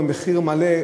במחיר מלא,